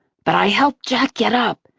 but i helped jack get up,